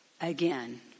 Again